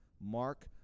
Mark